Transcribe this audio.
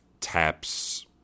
TAP's